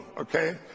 okay